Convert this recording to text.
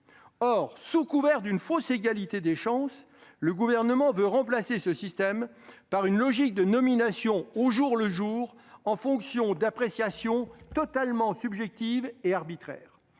Or, sous couvert d'une fausse égalité des chances, le Gouvernement veut remplacer ce système par une logique de nominations au jour le jour, en fonction d'appréciations totalement subjectives et arbitraires.